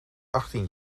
achttien